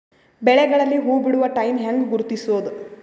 ಬೆಳೆಗಳಲ್ಲಿ ಹೂಬಿಡುವ ಟೈಮ್ ಹೆಂಗ ಗುರುತಿಸೋದ?